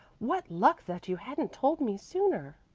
what luck that you hadn't told me sooner!